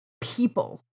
people